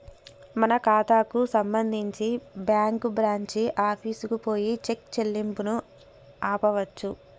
మన ఖాతాకు సంబంధించి బ్యాంకు బ్రాంచి ఆఫీసుకు పోయి చెక్ చెల్లింపును ఆపవచ్చు